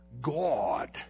God